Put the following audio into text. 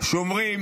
שומרים